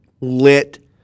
Lit